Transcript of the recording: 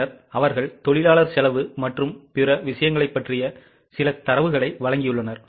பின்னர் அவர்கள் தொழிலாளர் செலவு மற்றும் பிற விஷயங்களைப் பற்றிய சில தரவுகளை வழங்கியுள்ளனர்